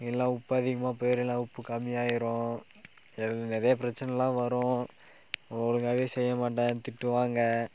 இல்லை உப்பு அதிகமாக போயிடும் இல்லை உப்பு கம்மியாகிரும் நிறைய பிரச்சனைலாம் வரும் ஒழுங்காகவே செய்யமாட்டேன்னு திட்டுவாங்க